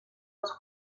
els